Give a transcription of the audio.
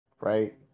right